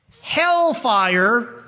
Hellfire